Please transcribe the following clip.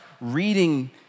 reading